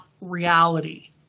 reality